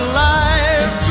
life